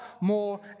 more